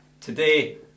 today